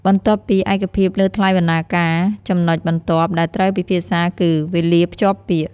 បន្ទាប់ពីឯកភាពលើថ្លៃបណ្ណាការ ចំណុចបន្ទាប់ដែលត្រូវពិភាក្សាគឺ វេលាភ្ជាប់ពាក្យ។